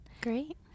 Great